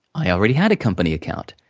i already had a company account.